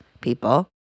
people